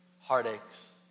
heartaches